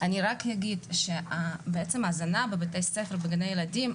אני רק אגיד שהזנה בבית ספר ובגני ילדים,